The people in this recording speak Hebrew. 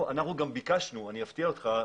אנחנו גם ביקשנו אני אפתיע אותך,